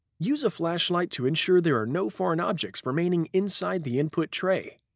use a flashlight to ensure there are no foreign objects remaining inside the input tray.